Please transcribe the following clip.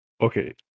Okay